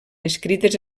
escrites